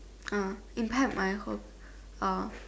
uh impact my whole uh